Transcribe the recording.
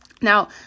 Now